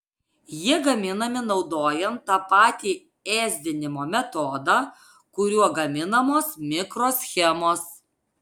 jie gaminami naudojant tą patį ėsdinimo metodą kuriuo gaminamos mikroschemos